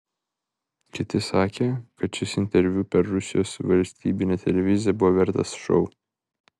kiti sakė kad šis interviu per rusijos valstybinę televiziją buvo vertas šou